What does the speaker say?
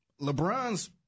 LeBron's